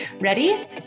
Ready